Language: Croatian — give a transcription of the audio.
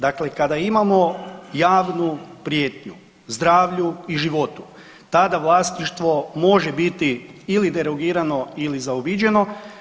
Dakle, kada imamo javnu prijetnju zdravlju i životu, tada vlasništvo može biti ili derogirano ili zaobiđeno.